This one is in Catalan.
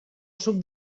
suc